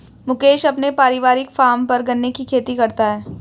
मुकेश अपने पारिवारिक फॉर्म पर गन्ने की खेती करता है